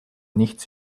nichts